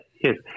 yes